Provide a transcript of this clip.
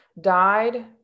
died